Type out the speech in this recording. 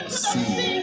see